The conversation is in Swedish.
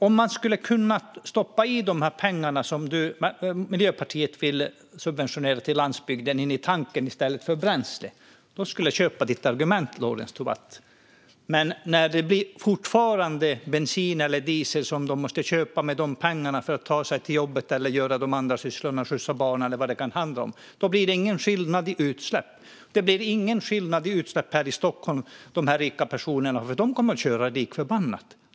Om man kunde stoppa de pengar som Miljöpartiet vill subventionera landsbygden med i tanken i stället för bränsle skulle jag köpa ditt argument, Lorentz Tovatt. Men så länge som det är bensin eller diesel som man måste köpa för dessa pengar för att ta sig till jobbet, skjutsa barn eller utföra andra sysslor blir det ingen skillnad i utsläpp. Det blir ingen skillnad när det gäller de rika personernas utsläpp i Stockholm, för de kommer att köra lik förbannat.